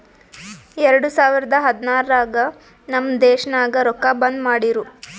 ಎರಡು ಸಾವಿರದ ಹದ್ನಾರ್ ನಾಗ್ ನಮ್ ದೇಶನಾಗ್ ರೊಕ್ಕಾ ಬಂದ್ ಮಾಡಿರೂ